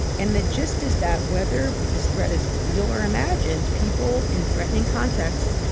and the gist is that whether this threat is real or imagined, people in threatening contexts,